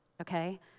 okay